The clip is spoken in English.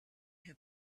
who